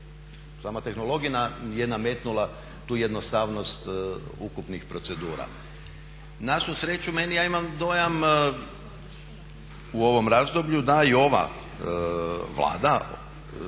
Sama tehnologija je nametnula tu jednostavnost ukupnih procedura. Na svu sreću ja imam dojam u ovom razdoblju da i ova Vlada